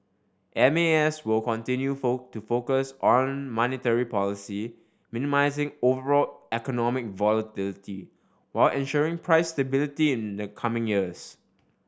M A S will continue to focus on monetary policy minimising overall economic volatility while ensuring price stability in the coming years